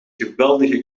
geweldige